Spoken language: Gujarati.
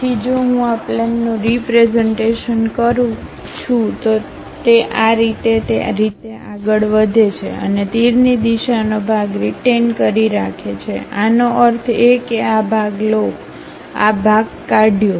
તેથી જો હું આ પ્લેનનું રીપ્રેઝન્ટેશન કરું છું તો તે આ રીતે તે રીતે આગળ વધે છે અને તીરની દિશાનો ભાગ રીટેઈન કરી રાખે છું આનો અર્થ એ કે આ ભાગ લો આ ભાગ નીકાળ્યું